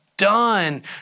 done